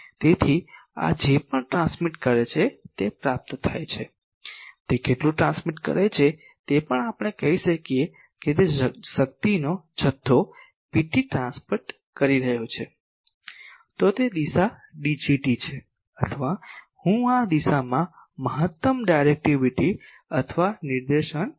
તેથી આ જે પણ ટ્રાન્સમિટ કરે છે તે પ્રાપ્ત થાય છે તે કેટલું ટ્રાન્સમિટ કરે છે તે આપણે કહીએ કે તે શક્તિનો જથ્થો Pt ટ્રાન્સમિટ કરી રહ્યો છે તો તે દિશા Dgt છે અથવા હું આ દિશામાં મહત્તમ ડાયરેક્ટિવિટી અથવા નિર્દેશન કહી શકું